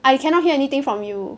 I cannot hear anything from you